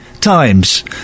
times